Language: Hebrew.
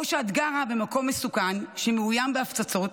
או שאת גרה במקום מסוכן שמאוים בהפצצות,